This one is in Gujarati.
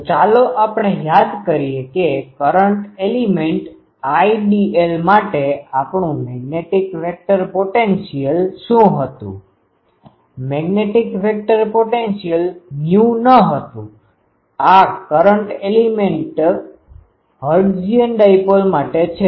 તો ચાલો આપણે યાદ કરીએ કે કરંટ એલિમેન્ટ Idl માટે આપણુ મેગ્નેટિક વેક્ટર પોટેન્શિઅલ શું હટુ મેગ્નેટિક વેક્ટર પોટેન્શિઅલ મ્યુ ન હતું આ કરંટ એલિમેન્ટ હર્ટ્ઝિયન ડાઇપોલ માટે છે